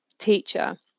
teacher